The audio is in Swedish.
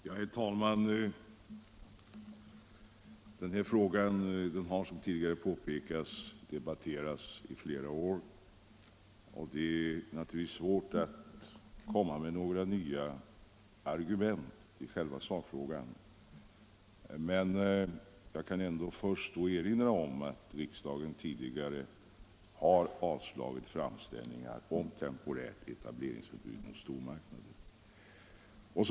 Herr talman! Den här frågan har — som tidigare påpekats — debatterats i flera år, och det är naturligtvis svårt att komma med några nya argument i själva sakfrågan. Jag vill dock erinra om att riksdagen tidigare har avslagit framställningar om temporärt förbud mot etablering av stormarknader.